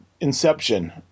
Inception